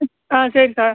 ஆ சரி சார்